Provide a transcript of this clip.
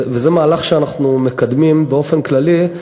וזה מהלך שאנחנו מקדמים באופן כללי,